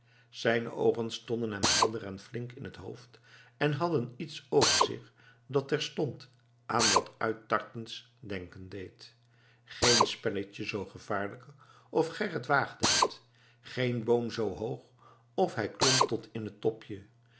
zijne oogen stonden hem helder en flink in het hoofd en hadden iets over zich dat terstond aan wat uittartends denken deed geen spelletje zoo gevaarlijk of gerrit waagde het geen boom zoo hoog of hij klom tot in het topje